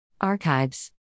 Archives